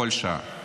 כל שעה.